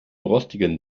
rostigen